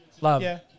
Love